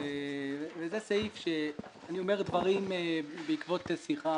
אלא שבמשך כמעט חצי שנה,